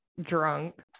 Drunk